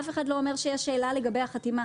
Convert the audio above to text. אף אחד לא אומר שיש שאלה לגבי החתימה.